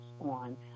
on